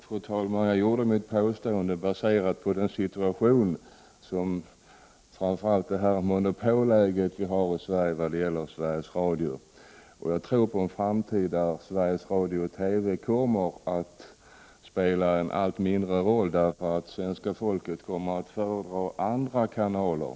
Fru talman! Jag baserade mitt påstående på framför allt monopolläget i landet med avseende på Sveriges Radio. Jag tror på en framtid där Sveriges Radio och Television kommer att spela en allt mindre roll, därför att svenska folket kommer att föredra andra kanaler.